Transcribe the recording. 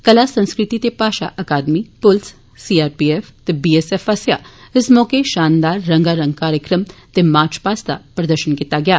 कला संस्कृति ते भाषा अकादमी पुलस सी आर पी एफ ते बी एस एफ आस्सेआ इस मौके शानदार रंगारंग कार्जक्रम ते मार्च पास्ट का प्रदर्शन कीता गेआ